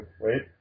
Wait